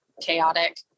chaotic